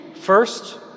First